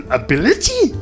ability